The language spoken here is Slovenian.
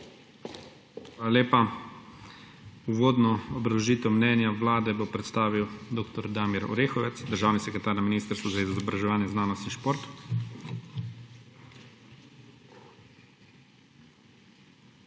lepa. Uvodno obrazložitev mnenja Vlade bo predstavil dr. Damir Orehovec, državni sekretar na Ministrstvu za izobraževanje, znanost in šport.